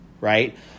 right